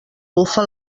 bufa